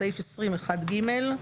בסעיף 20(1)(ג)